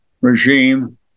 regime